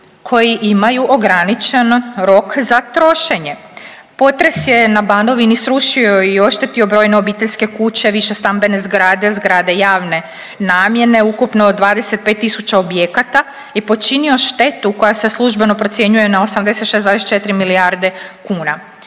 koji imaju ograničeno rok za trošenje. Potres je na Banovini srušio i oštetio brojne obiteljske kuće, višestambene zgrade, zgrade javne namjene, ukupno 25 tisuća objekata, je počinio štetu koja se službeno procjenjuje na 86,4 milijarde kuna.